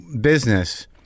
business